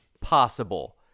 possible